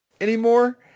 anymore